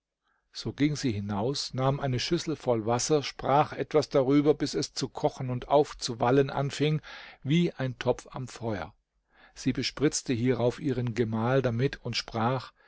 so ging sie hinaus nahm eine schüssel voll wasser sprach etwas darüber bis es zu kochen und aufzuwallen anfing wie ein topf am feuer sie bespritzte hierauf ihren gemahl damit und sprach